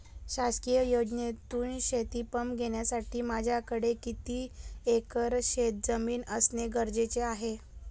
शासकीय योजनेतून शेतीपंप घेण्यासाठी माझ्याकडे किती एकर शेतजमीन असणे गरजेचे आहे?